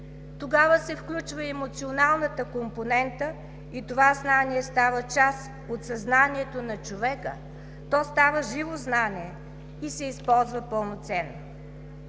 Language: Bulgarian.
Тогава се включва емоционалната компонента и това знание става част от съзнанието на човека, то става живо знание и се използва пълноценно.